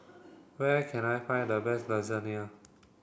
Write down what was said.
where can I find the best Lasagne